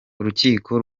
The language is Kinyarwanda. urukiko